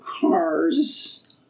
cars